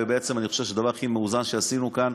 ובעצם אני חושב שהדבר הכי מאוזן שעשינו כאן,